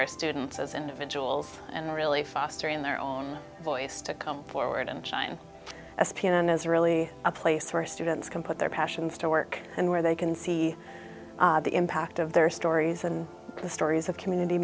our students as individuals and really fostering their own voice to come forward and shine a subpoena and is really a place where students can put their passions to work and where they can see the impact of their stories and the stories of community